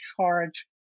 charge